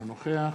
אינו נוכח